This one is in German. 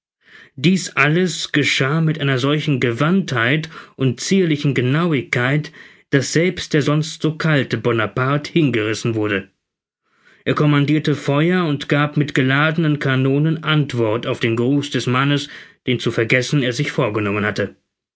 dies alles geschah mit einer solchen gewandtheit und zierlichen genauigkeit daß selbst der sonst so kalte bonaparte hingerissen wurde er kommandirte feuer und gab mit geladenen kanonen antwort auf den gruß des mannes den zu vergessen er sich vorgenommen hatte